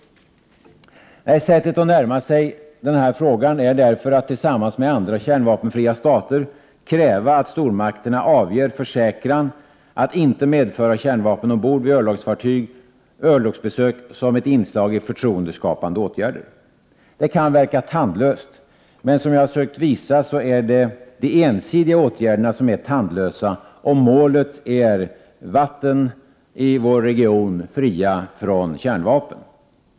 Nej, sättet att närma sig denna fråga är därför att tillsammans med andra kärnvapenfria stater kräva att stormakterna avger försäkran att inte medföra kärnvapen ombord vid örlogsbesök, som ett inslag av förtroendeskapande åtgärder. Det kan verka tandlöst, men som jag sökt visa är det de ensidiga åtgärderna som är tandlösa om målet är att få alla vatten i vår region fria från kärnvapen.